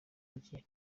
mike